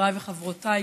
חבריי וחברותיי,